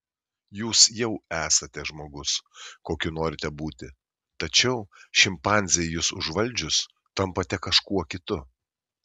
jūs jau esate žmogus kokiu norite būti tačiau šimpanzei jus užvaldžius tampate kažkuo kitu